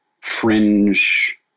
fringe